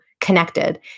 connected